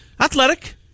Athletic